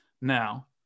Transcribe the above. Now